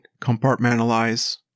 compartmentalize